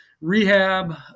rehab